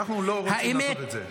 אנחנו לא רוצים לעשות את זה.